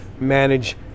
manage